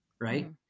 Right